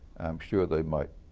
i'm sure they might